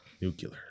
Nuclear